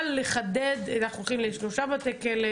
לכן אם הייתי מזקקת, הייתי מזקקת אותם לאותם תשעה,